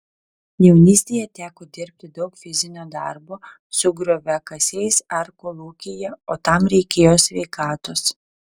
jaunystėje teko dirbti daug fizinio darbo su grioviakasiais ar kolūkyje o tam reikėjo sveikatos